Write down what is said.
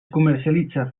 comercialitza